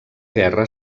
guerra